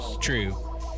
true